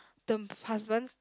the husband